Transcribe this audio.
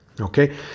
okay